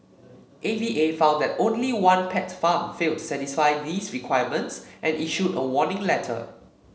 A V A found that only one pet farm failed to satisfy these requirements and issued a warning letter